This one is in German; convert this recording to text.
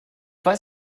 weiß